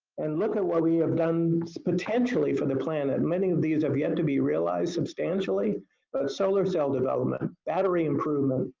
and look at what we have done potentially for the planet. and many of these have yet to be realized substantially. but a solar cell development battery improvement.